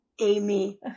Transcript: Amy